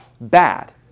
bad